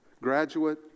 Graduate